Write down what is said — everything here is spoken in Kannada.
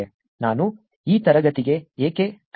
ನಾನು ಈ ತರಗತಿಗೆ ಏಕೆ ಕಲಿಸಬೇಕು